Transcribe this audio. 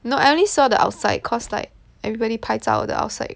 no I only saw the outside cause like everybody 拍照 the outside